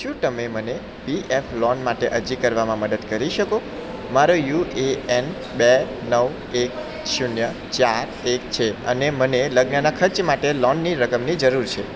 શું તમે મને પીએફ લોન માટે અરજી કરવામાં મદદ કરી શકો મારો યુ એ એન બે નવ એક શૂન્ય ચાર એક છે અને મને લગ્નના ખર્ચ માટે લોનની રકમની જરૂર છે